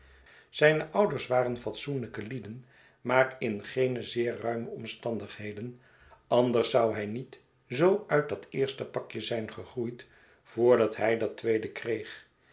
zijne ouders waren fatsoenlijk e lieden maar in geene zeer ruime omstandigheden anders zou hij niet zoo uit dat eerste pakje zijn gegroeid voordat hij dattweede kreeg